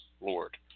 Lord